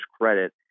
credit